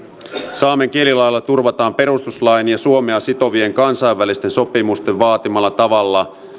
saamen kielilailla turvataan perustuslain ja suomea sitovien kansainvälisten sopimusten vaatimalla tavalla